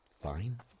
Fine